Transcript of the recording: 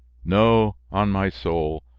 no, on my soul!